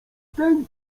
ten